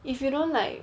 if you don't like